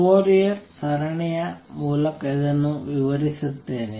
Fourier ಸರಣಿಯ ಮೂಲಕ ಇದನ್ನು ವಿವರಿಸುತ್ತೇನೆ